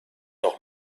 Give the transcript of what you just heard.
noch